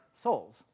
souls